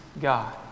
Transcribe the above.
God